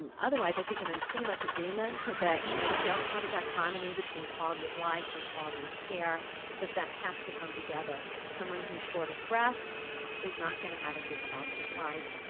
um otherwise, i think i'm in pretty much agreement that you know we don't have a dichotomy between quality of life and quality of care that that has to come together. someone who is short of breath is not going to have a good quality of life.